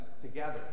together